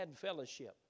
fellowship